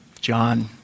John